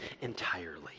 entirely